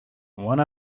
one